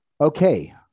okay